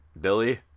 Billy